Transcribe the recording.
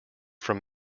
from